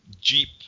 jeep